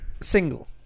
Single